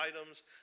items